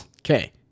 Okay